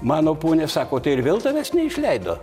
mano pone sako tai ir vėl tavęs neišleido